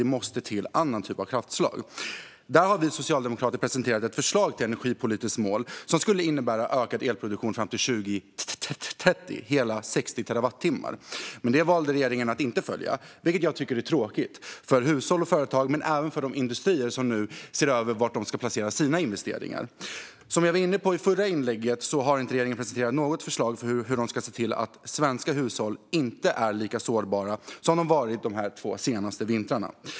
Det måste till andra kraftslag. Vi socialdemokrater har presenterat ett förslag till energipolitiskt mål som skulle innebära ökad elproduktion fram till 2030, hela 60 terawattimmar. Men det valde regeringen att inte följa. Det är tråkigt för hushåll och företag men även för de industrier som nu ser över var de ska placera sina investeringar. Som jag var inne på i förra inlägget har regeringen inte presenterat något förslag för hur de ska se till att svenska hushåll inte är lika sårbara som de varit de två senaste vintrarna.